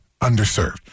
underserved